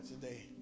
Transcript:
today